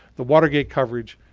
the watergate coverage,